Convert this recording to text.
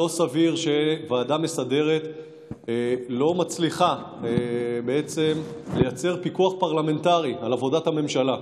לא סביר שוועדה מסדרת לא מצליחה לייצר פיקוח פרלמנטרי על עבודת הממשלה.